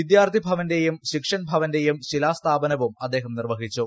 വിദ്യാർത്ഥി ഭവന്റെയും ശിക്ഷൻ ഭവന്റെയും ശിലാസ്ഥാപനവും അദ്ദേഹം നിർവ്വഹിച്ചു